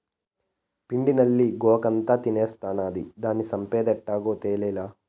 పిండి నల్లి గోగాకంతా తినేస్తాండాది, దానిని సంపేదెట్టాగో తేలీలా